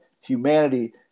humanity